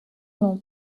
nom